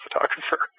photographer